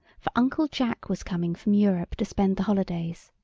for uncle jack was coming from europe to spend the holidays.